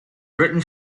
written